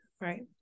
Right